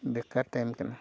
ᱵᱮᱠᱟᱨ ᱴᱟᱭᱤᱢ ᱠᱟᱱᱟ